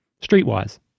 Streetwise